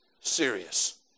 serious